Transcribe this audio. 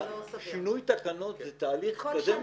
שינוי תקנות זה תהליך כזה מסורבל.